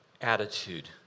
attitude